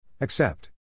Accept